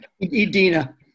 Edina